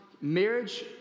Marriage